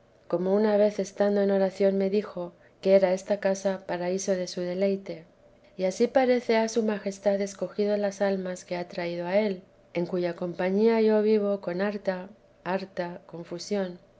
como una vez estando en oración me dijo que era esta casa paraíso de su deleite y ansí parece ha su majestad escogido las almas que ha traído a él en cuya compañía yo vivo con harta